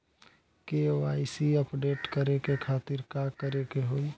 KYC update करे के खातिर का करे के होई?